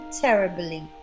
terribly